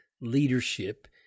leadership